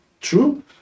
true